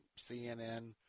CNN